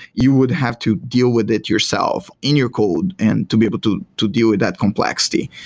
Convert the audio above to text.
you would have to deal with it yourself in your code and to be able to to deal with that complexity.